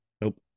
Nope